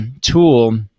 tool